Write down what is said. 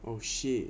oh shit